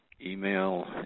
Email